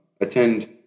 attend